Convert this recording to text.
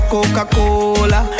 Coca-Cola